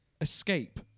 Escape